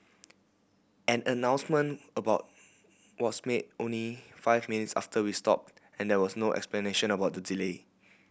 an announcement about was made only five minutes after we stopped and there was no explanation about the delay